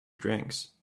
drinks